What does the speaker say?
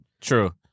True